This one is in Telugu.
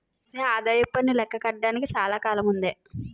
ఒసే ఆదాయప్పన్ను లెక్క కట్టడానికి చాలా కాలముందే